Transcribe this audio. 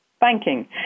banking